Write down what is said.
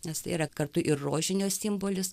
nes tai yra kartu ir rožinio simbolis